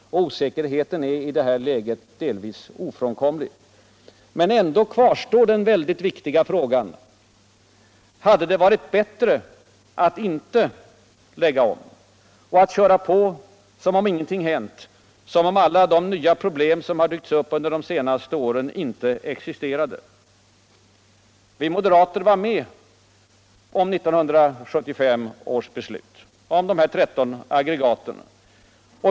Osäkerheten är I detta läge delvis ofrånkomlig. Men ändå kvarstår den viktiga frågan: Hade det varit bättre att inte lägga om och att köra på som om ingenting hänt, som om alla de nya problem som dykt upp under de senaste åren inte existerade? Vi moderater var med om 1975 års beslut beträffande dessa 13 aggroga.